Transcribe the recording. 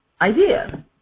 idea